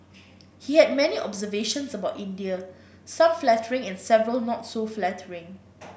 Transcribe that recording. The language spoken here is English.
he had many observations about India some flattering and several not so flattering